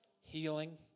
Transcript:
Healing